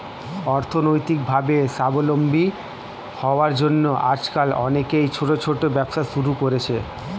অর্থনৈতিকভাবে স্বাবলম্বী হওয়ার জন্য আজকাল অনেকেই ছোট ছোট ব্যবসা শুরু করছে